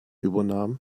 übernahm